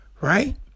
Right